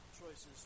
choices